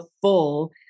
full